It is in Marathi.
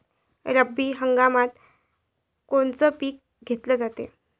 रब्बी हंगामात कोनचं पिक घेतलं जाते?